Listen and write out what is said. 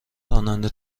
راننده